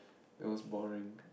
it was boring